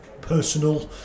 personal